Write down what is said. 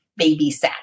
babysat